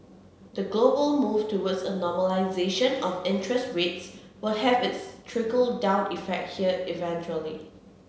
the global move towards a normalisation of interest rates will have its trickle down effect here eventually